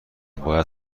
باید